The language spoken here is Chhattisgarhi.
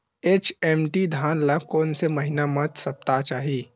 एच.एम.टी धान ल कोन से महिना म सप्ता चाही?